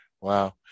Wow